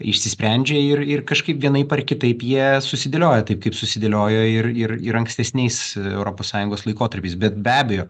išsisprendžia ir ir kažkaip vienaip ar kitaip jie susidėlioja taip kaip susidėliojo ir ir ir ankstesniais europos sąjungos laikotarpiais bet be abejo